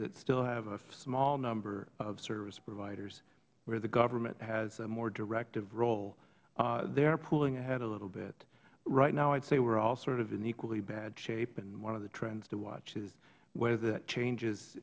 that still have a small number of service providers where the government has a more directive role they are pulling ahead a little bit right now i would say we are all sort of in equally bad shape and one of the trends to watch is whether that changes